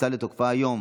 שנכנסה לתוקפה היום,